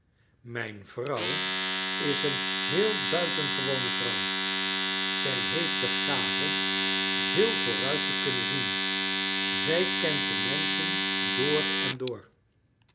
mijn vrouw is een heel buitengewone vrouw zij heeft de gave veel vooruit te kunnen zien zij kent de menschen door en door